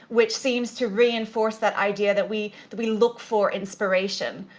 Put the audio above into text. which seems to reinforce that idea that we that we look for inspiration,